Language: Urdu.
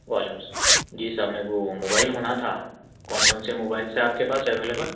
وعلیکم السلام جی صاحب میرے کو موبائل ہونا تھا کون کون سے موبائل تھے آپ کے اویلیبل